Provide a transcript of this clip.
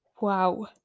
Wow